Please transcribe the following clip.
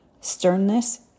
sternness